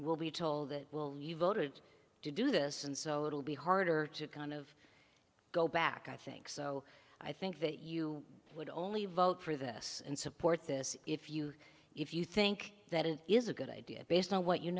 will be told that you voted to do this and so it'll be harder to kind of go back i think so i think that you would only vote for this and support this if you if you think that it is a good idea based on what you